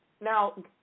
Now